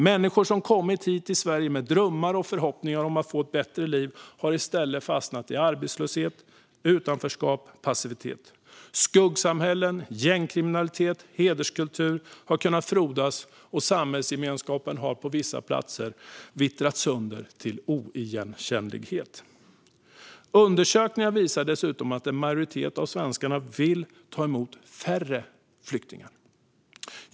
Människor som kommit hit till Sverige med drömmar och förhoppningar om att få ett bättre liv har i stället fastnat i arbetslöshet, utanförskap och passivitet. Skuggsamhällen, gängkriminalitet och hederskultur har kunnat frodas, och samhällsgemenskapen har på vissa platser vittrat sönder till oigenkännlighet. Undersökningar visar dessutom att en majoritet av svenskarna vill ta emot färre flyktingar.